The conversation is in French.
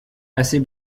assez